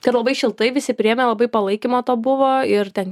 ten labai šiltai visi priėmė labai palaikymo to buvo ir ten